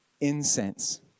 incense